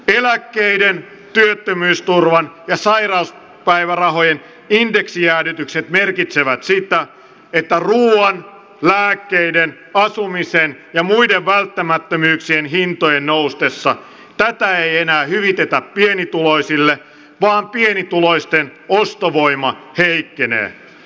eläkkeiden työttömyysturvan ja sairauspäivärahojen indeksijäädytykset merkitsevät sitä että ruuan lääkkeiden asumisen ja muiden välttämättömyyksien hintojen noustessa tätä ei enää hyvitetä pienituloisille vaan pienituloisten ostovoima heikkenee